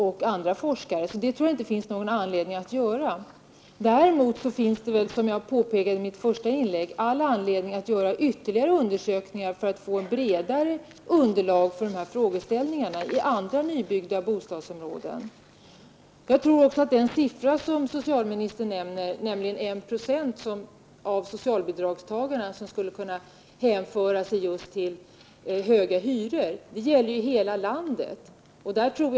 Därför tror jag att det inte finns någon anledning att ifrågasätta uppgifterna. Däremot finns det, som jag påpekade i mitt första inlägg, all anledning att göra ytterligare undersökningar för att få ett bredare underlag för dessa frågeställningar när det gäller andra nybyggda bostadsområden. Socialministern säger att 1 90 av socialbidragstagarna i hela landet skulle kunna hänföras till dem som har höga hyror.